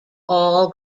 all